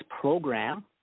program